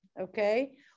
okay